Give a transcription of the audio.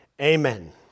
amen